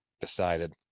decided